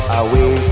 away